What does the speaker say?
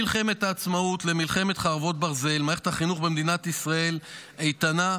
ממלחמת העצמאות למלחמת חרבות ברזל מערכת החינוך במדינת ישראל איתנה,